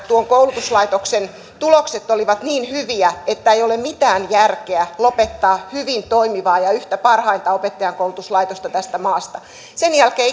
tuon koulutuslaitoksen tulokset olivat niin hyviä että ei ole mitään järkeä lopettaa hyvin toimivaa ja yhtä parhainta opettajankoulutuslaitosta tästä maasta sen jälkeen